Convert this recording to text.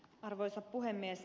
arvoisa puhemies